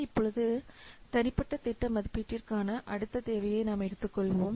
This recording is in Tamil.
இப்போது தனிப்பட்ட திட்ட மதிப்பீட்டிற்கான அடுத்த தேவையை நாம் எடுத்துக்கொள்வோம்